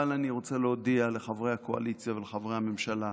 אבל אני רוצה להודיע לחברי הקואליציה ולחברי הממשלה: